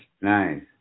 Nice